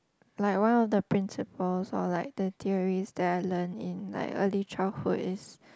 like one of the principles or like the theories that I learn in like early childhood is